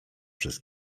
przez